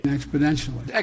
Exponentially